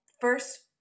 first